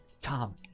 Tom